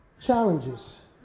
challenges